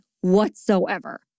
whatsoever